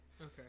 Okay